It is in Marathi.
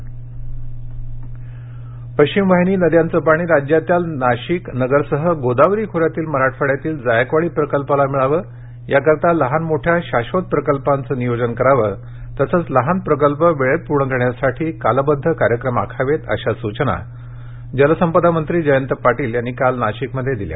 जयंत पाटील पश्चिम वाहिनी नद्यांचं पाणी राज्यातल्या नाशिक नगरसह गोदावरी खोऱ्यातील मराठवाड्यातील जायकवाडी प्रकल्पाला मिळावं यासाठी लहान मोठ्या शाश्वत प्रकल्पांचं नियोजन करावं तसंच छोटे प्रकल्प वेळेत पूर्ण करण्यासाठी कालबध्द कार्यक्रम आखावेत अशा सूचना जलसंपदा मंत्री जयंत पाटील यांनी काल नाशिकमध्ये दिल्या